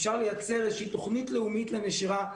אפשר לייצר איזושהי תוכנית לאומית לנשירה,